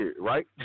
right